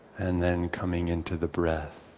and then coming into the breath,